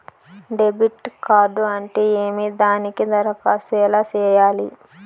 debit card అంటే ఏమి దానికి దరఖాస్తు ఎలా సేయాలి